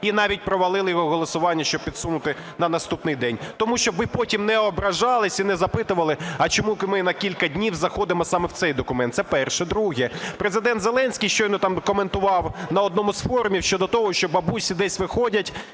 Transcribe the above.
і навіть провалили його голосування, щоб підсунути на наступний день. Тому, щоб ви потім, не ображались і не запитували, а чому ми на кілька днів заходимо саме в цей документ. Це перше. Друге. Президент Зеленський щойно коментував на одному з форумів щодо того, що бабусі десь виходять